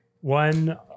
One